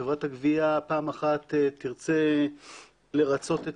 חברת הגבייה פעם אחת תרצה לרצות את